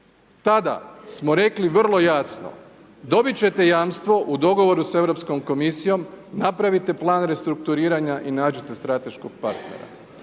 tada smo rekli vrlo jasno, dobit ćete jamstvo u dogovoru s Europskom komisijom napravite plan restrukturiranja i nađite strateškog partnera.